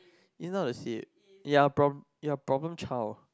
it's not the same ya you're a problem child